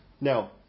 Now